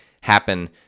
happen